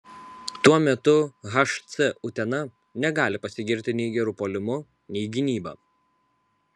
tuo metu hc utena negali pasigirti nei geru puolimu nei gynyba